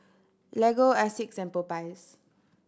Lego Asics Popeyes